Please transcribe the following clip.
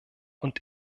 und